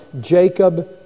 Jacob